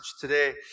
today